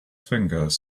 fingers